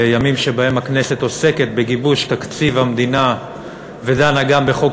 בימים שבהם הכנסת עוסקת בגיבוש תקציב המדינה ודנה גם בחוק